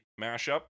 mashup